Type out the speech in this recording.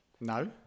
No